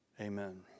Amen